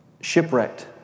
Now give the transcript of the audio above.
shipwrecked